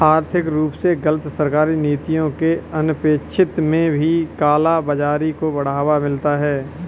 आर्थिक रूप से गलत सरकारी नीतियों के अनपेक्षित में भी काला बाजारी को बढ़ावा मिलता है